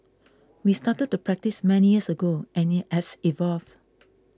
we started the practice many years ago and it has evolved